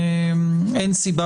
אין סיבה